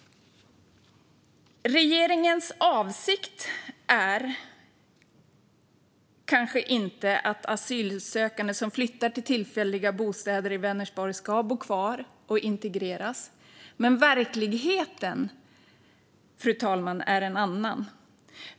Regeringens avsikt är kanske inte att asylsökande som flyttar till tillfälliga bostäder i Vänersborg ska bo kvar och integreras, men verkligheten är en annan.